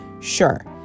Sure